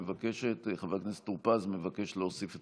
מי מבקש שאני אוסיף את